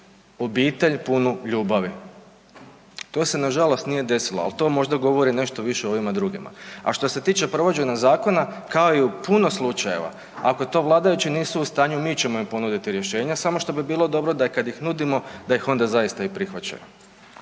obitelj punu ljubavi. To se nažalost nije desilo, ali to možda govori nešto više o ovima drugima. A što se tiče provođenja zakona kao i u puno slučajeva, ako to vladajući nisu u stanju mi ćemo im ponuditi rješenja samo što bi bilo dobro da i kad ih nudimo da ih onda zaista i prihvaćaju.